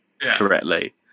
correctly